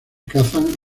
cazan